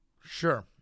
sure